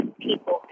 people